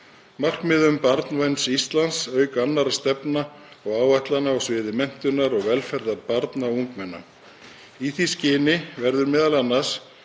markmiðum barnvæns Íslands, auk annarra stefna og áætlana á sviði menntunar og velferðar barna og ungmenna. Í því skyni verður m.a. stofnað